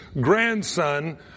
grandson